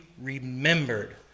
remembered